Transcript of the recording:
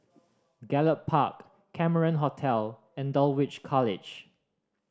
Gallop Park Cameron Hotel and Dulwich College